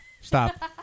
Stop